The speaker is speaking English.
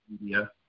media